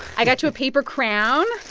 i got you a paper crown.